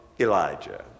Elijah